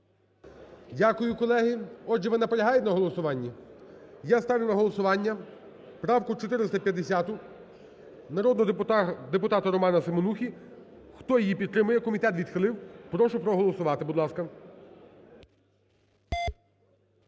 Дякую, колеги. Отже, ви наполягаєте на голосуванні? Я ставлю на голосування правку 450 народного депутата Романа Семенухи. Хто її підтримує, комітет відхилив, прошу проголосувати, будь ласка.